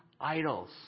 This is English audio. idols